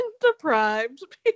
deprived